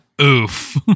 Oof